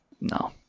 No